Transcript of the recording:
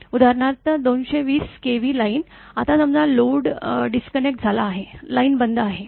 उदाहरणार्थ २२० KV line आता समजा लोड डिस्कनेक्ट झाला आहे लाईन बंद आहे